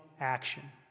action